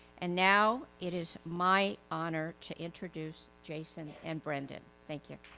and now it is my honor to introduce jason and brendan. thank you.